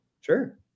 sure